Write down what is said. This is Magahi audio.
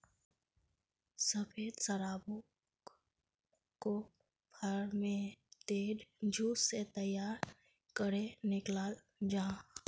सफ़ेद शराबोक को फेर्मेंतेद जूस से तैयार करेह निक्लाल जाहा